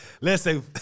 listen